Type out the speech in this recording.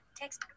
text